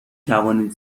توانید